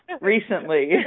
recently